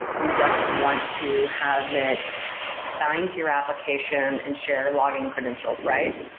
you just want to have it bind to your application and share logging credentials, right?